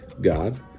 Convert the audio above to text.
God